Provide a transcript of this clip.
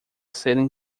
serem